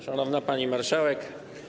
Szanowna Pani Marszałek!